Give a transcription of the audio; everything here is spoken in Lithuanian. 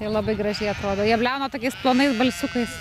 ir labai gražiai atrodo jie bliauna tokiais plonais balsiukais